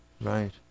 Right